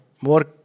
More